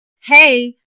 hey